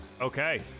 Okay